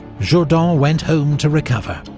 jourdan went home to recover.